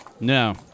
no